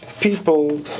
People